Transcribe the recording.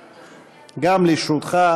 כמו כל אזרח ישראלי,